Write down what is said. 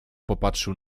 popatrzył